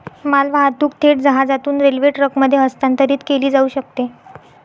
मालवाहतूक थेट जहाजातून रेल्वे ट्रकमध्ये हस्तांतरित केली जाऊ शकते